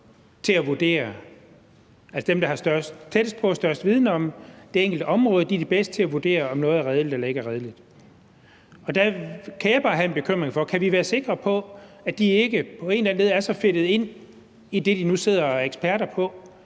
Tørnæs mener, at dem, der er tættest på og har størst viden om det enkelte område, er de bedste til at vurdere, om noget er redeligt eller ikke er redeligt. Og der kan jeg bare have en bekymring for, om vi kan være sikre på, at de ikke på en eller anden led er så fedtet ind i det, de nu sidder og er eksperter på,